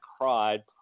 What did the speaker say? cried